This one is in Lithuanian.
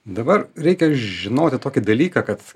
dabar reikia žinoti tokį dalyką kad